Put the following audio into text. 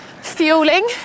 fueling